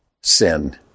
sin